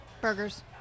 Burgers